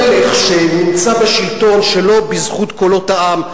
כל מלך שנמצא בשלטון שלא בזכות קולות העם,